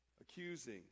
accusing